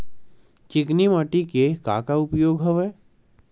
चिकनी माटी के का का उपयोग हवय?